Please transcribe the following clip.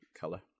color